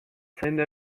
zaindu